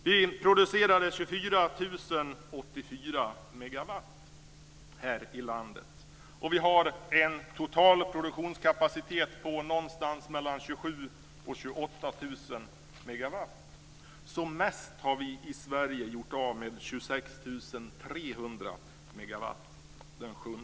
Vi producerade 24 084 megawatt här i landet, och vi har en total produktionskapacitet på någonstans mellan 27 000 och 28 000 megawatt. Som mest har vi i Sverige gjort av med 26 300 megawatt.